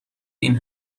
این